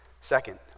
Second